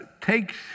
takes